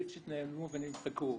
ליפשיץ נעלמו ונמחקו.